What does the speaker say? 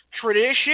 tradition